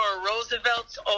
Roosevelt's